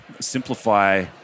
simplify